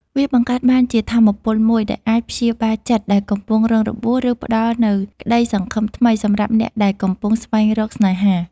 វាបង្កើតបានជាថាមពលមួយដែលអាចព្យាបាលចិត្តដែលកំពុងរងរបួស ឬផ្ដល់នូវក្តីសង្ឃឹមថ្មីសម្រាប់អ្នកដែលកំពុងស្វែងរកស្នេហា។